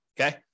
okay